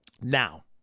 Now